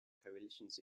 coalitions